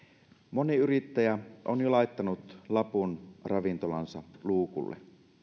moni yrittäjä on jo laittanut lapun ravintolansa luukulle